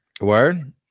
Word